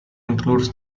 includes